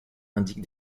indique